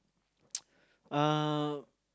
uh